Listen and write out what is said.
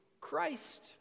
Christ